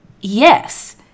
Yes